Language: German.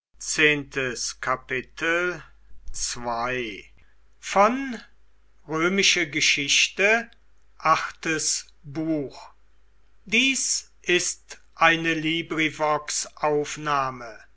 sind ist eine